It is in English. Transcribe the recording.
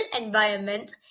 environment